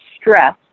stress